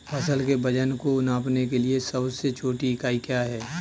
फसल के वजन को नापने के लिए सबसे छोटी इकाई क्या है?